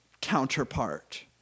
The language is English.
counterpart